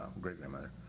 great-grandmother